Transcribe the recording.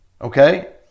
okay